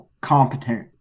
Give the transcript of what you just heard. competent